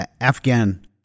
Afghan